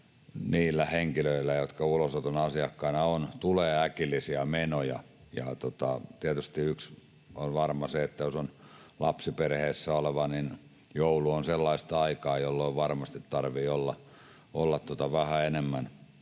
niillä henkilöillä, jotka ulosoton asiakkaana ovat, tulee äkillisiä menoja. Tietysti yksi on varma, että jos on lapsiperheessä oleva, niin joulu on sellaista aikaa, jolloin varmasti tarvitsee olla vähän enemmän